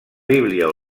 bíblia